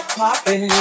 Popping